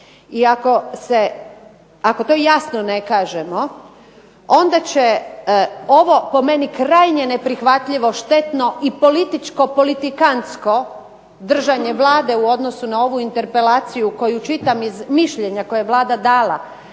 ako to jasno ne kažemo onda će ovo, po meni, krajnje neprihvatljivo, štetno i političko politikansko držanje Vlade u odnosu na ovu interpelaciju koju čitam iz mišljenja koje je Vlada dala,